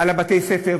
על בתי-הספר,